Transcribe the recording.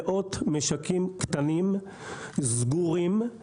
מאות משקים קטנים סגורים,